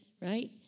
right